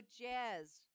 Jazz